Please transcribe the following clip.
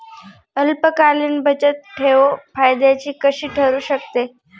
अल्पकालीन बचतठेव फायद्याची कशी ठरु शकते?